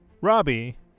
Robbie